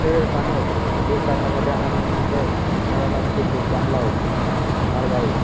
खेळताना दूर करण्यासाठी आनंद मिळवण्यासाठी खूप चांगला मार्ग आहे